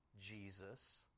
Jesus